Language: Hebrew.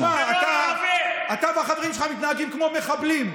תשמע, אתה והחברים שלך מתנהגים כמו מחבלים.